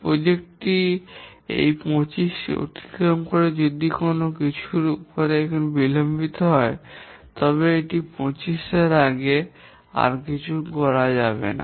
প্রকল্প টি 25 টি অতিক্রম করতে পারে যদি কিছু পথের কিছু অন্য কাজ এখানে বিলম্বিত হয় তবে এটি 25 এর আগে আর করা হবে না